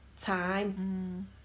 time